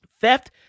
Theft